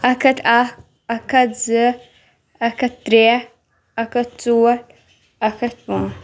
اَکھ ہَتھ اَکھ اَکھ ہَتھ زٕ اَکھ ہَتھ ترٛےٚ اَکھ ہَتھ ژوٗر اَکھ ہَتھ پانٛژھ